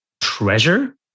treasure